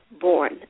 born